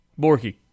Borky